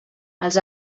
als